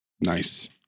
Nice